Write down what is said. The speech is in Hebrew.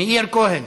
מאיר כהן,